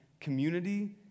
community